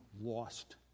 lost